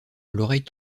l’oreille